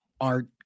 art